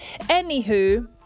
Anywho